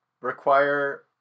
Require